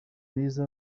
beza